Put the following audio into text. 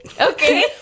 okay